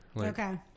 Okay